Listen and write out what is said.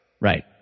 Right